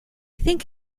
think